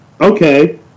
okay